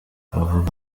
bavuga